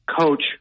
coach